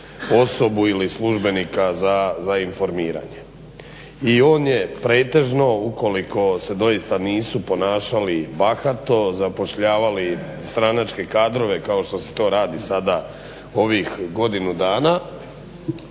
osobu ili službenika za informiranje. I on je pretežno ukoliko se doista nisu ponašali bahato, zapošljavali stranačke kadrove kao što se to radi sada ovih godinu dana